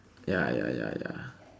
ya ya ya ya